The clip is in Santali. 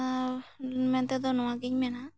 ᱢᱮᱱᱛᱮ ᱫᱚ ᱱᱚᱣᱟᱜᱮᱧ ᱢᱮᱱᱟ